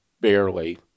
barely